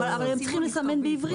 אבל גם ככה הם צריכים לסמן בעברית.